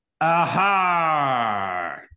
Aha